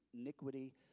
iniquity